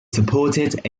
supported